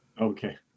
Okay